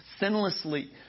sinlessly